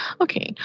Okay